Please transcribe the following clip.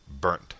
burnt